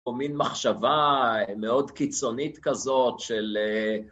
או מן מחשבה מאוד קיצונית כזאת של